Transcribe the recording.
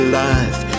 life